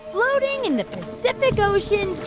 floating in the pacific ocean,